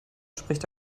spricht